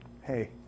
hey